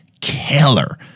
killer